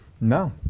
no